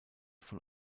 von